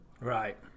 Right